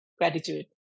gratitude